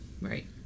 right